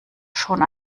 schon